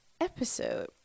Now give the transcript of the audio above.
episode